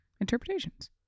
interpretations